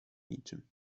niczym